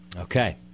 Okay